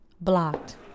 Blocked